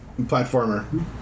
platformer